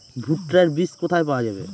ভুট্টার বিজ কোথায় পাওয়া যাবে?